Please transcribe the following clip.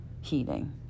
healing